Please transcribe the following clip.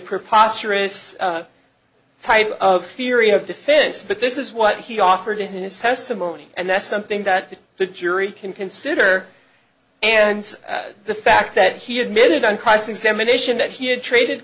preposterous type of theory of defense but this is what he offered in his testimony and that's something that the jury can consider and the fact that he admitted on cross examination that he had traded